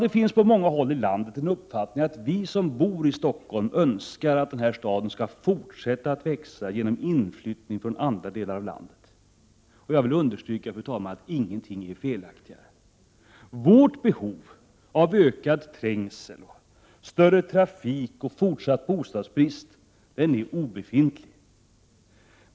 Det finns på många håll i landet en uppfattning om att vi som bor i Stockholm önskar att vår stad skall fortsätta att växa genom inflyttning från andra delar av landet. Ingenting är felaktigare. Vårt behov av ökad trängsel, mer trafik och fortsatt bostadsbrist är obefintligt.